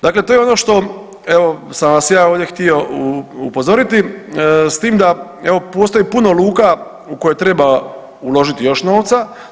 Dakle, to je ono što evo sam vas ja ovdje htio upozoriti s tim da evo postoji puno luka u koje treba uložiti još novca.